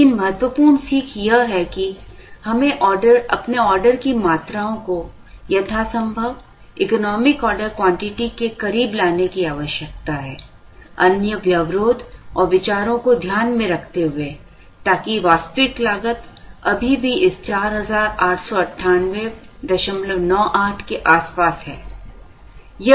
लेकिन महत्वपूर्ण सीख यह है कि हमें अपने ऑर्डर की मात्राओं को यथासंभव इकोनॉमिक ऑर्डर क्वांटिटी के करीब लाने की आवश्यकता है अन्य व्यवरोध और विचारों को ध्यान में रखते हुए ताकि वास्तविक लागत अभी भी इस 489898 के आसपास हैं